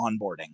Onboarding